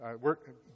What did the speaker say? work